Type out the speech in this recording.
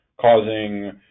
causing